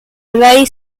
ray